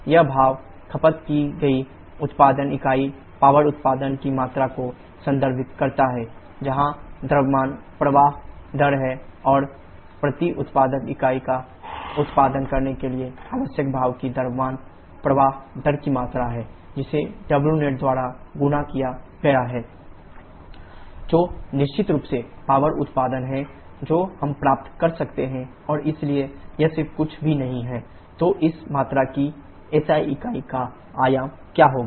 यह भाप खपत की गई उत्पादन इकाई पवर उत्पादन की मात्रा को संदर्भित करता है जहां द्रव्यमान प्रवाह दर है और प्रति उत्पादन इकाई का उत्पादन करने के लिए आवश्यक भाप की द्रव्यमान प्रवाह दर की मात्रा है जिसे Wnet द्वारा गुणा किया गया है Specific steam consumption SSC ṁṁWnet जो निश्चित रूप से पवर उत्पादन है जो हम प्राप्त कर सकते हैं और इसलिए यह सिर्फ कुछ भी नहीं है 1Wnet तो इस मात्रा की SI इकाई का आयाम क्या होगा